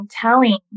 telling